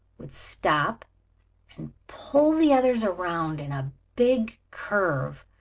would stop and pull the others around in a big curve.